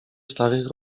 starych